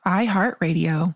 iHeartRadio